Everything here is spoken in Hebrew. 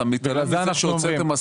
אתה מתעלם מזה שהוצאתם 10,000 יחידות דיור.